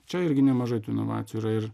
čia irgi nemažai tų inovacijų ir